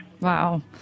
Wow